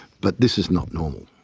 but this is not normal.